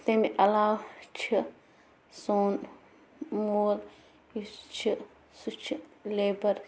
تمہِ عَلاو چھِ سون مول یُس چھِ سُہ چھُ لیٚبر